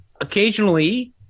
occasionally